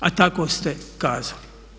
A tako ste kazali.